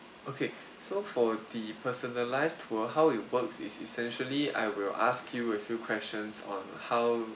okay so for the personalised tour how it works is essentially I will ask you a few questions on how